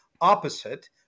opposite